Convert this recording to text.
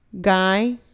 guy